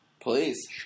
Please